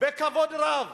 בכבוד רב.